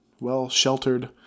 well-sheltered